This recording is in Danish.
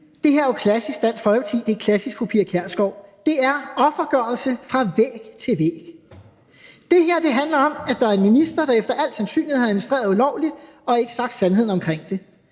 jo er klassisk Dansk Folkeparti, at det er klassisk fru Pia Kjærsgaard – det er offergørelse fra væg til væg. Det her handler om, at der er en minister, der efter al sandsynlighed har administreret ulovligt og ikke sagt sandheden om det.